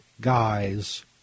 guys